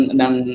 ng